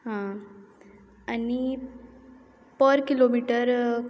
आं आनी पर किलोमिटर